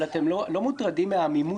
אתם לא מוטרדים מהעמימות?